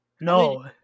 No